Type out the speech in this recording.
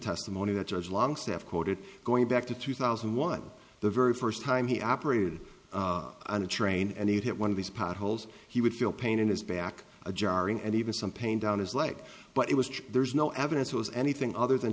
testimony that judge longstaff quoted going back to two thousand and one the very first time he operated on a train and it hit one of these potholes he would feel pain in his back a jarring and even some pain down his leg but it was there's no evidence it was anything other than